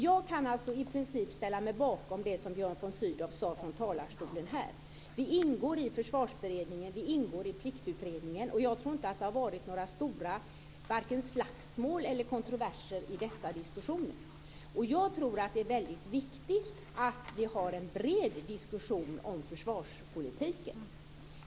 Jag kan alltså i princip ställa mig bakom det som Björn von Sydow sade från talarstolen. Vi ingår i Försvarsberedningen. Vi ingår i Pliktutredningen. Jag tror inte att det har varit några stora vare sig slagsmål eller kontroverser i dessa diskussioner. Jag tror att det är väldigt viktigt att vi har en bred diskussion om försvarspolitiken.